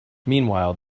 meanwhile